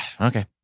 okay